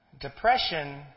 Depression